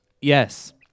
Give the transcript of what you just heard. Yes